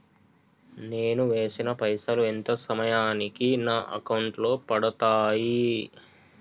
నేను వేసిన పైసలు ఎంత సమయానికి నా అకౌంట్ లో పడతాయి?